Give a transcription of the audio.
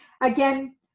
Again